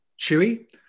Chewy